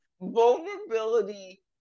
vulnerability